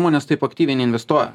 žmonės taip aktyviai neinvestuoja